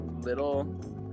little